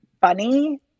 funny